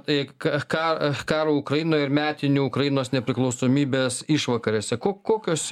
tai ką karo ukrainoje ir metinių ukrainos nepriklausomybės išvakarėse ko kokios